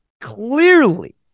clearly